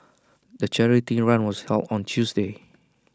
the charity run was held on Tuesday